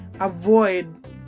avoid